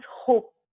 hope